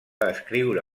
escriure